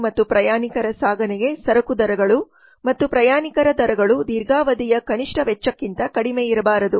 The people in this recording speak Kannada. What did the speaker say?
ಸರಕು ಮತ್ತು ಪ್ರಯಾಣಿಕರ ಸಾಗಣೆಗೆ ಸರಕು ದರಗಳು ಮತ್ತು ಪ್ರಯಾಣಿಕರ ದರಗಳು ದೀರ್ಘಾವಧಿಯ ಕನಿಷ್ಠ ವೆಚ್ಚಕ್ಕಿಂತ ಕಡಿಮೆಯಿರಬಾರದು